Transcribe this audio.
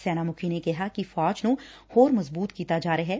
ਸੈਨਾ ਮੁੱਖੀ ਨੇ ਕਿਹਾ ਕਿ ਫੌਜ ਨੂੰ ਹੋਰ ਮਜ਼ਬੂਤ ਕੀਤਾ ਜਾ ਰਿਹੈ